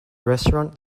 restaurant